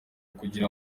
kugira